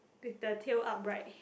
with the tail upright